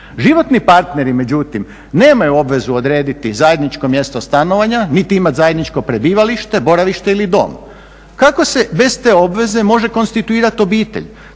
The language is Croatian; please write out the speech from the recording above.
Životni partneri međutim nemaju obvezu odrediti zajedničko mjesto stanovanja niti imat zajedničko prebivalište, boravište ili dom. Kako se bez te obveze može konstituirat obitelj,